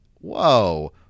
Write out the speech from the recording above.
Whoa